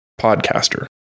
podcaster